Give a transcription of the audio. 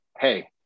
hey